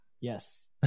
Yes